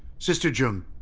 sister zheng,